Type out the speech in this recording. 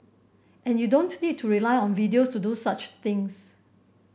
and you don't need to rely on videos to do such things